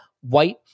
White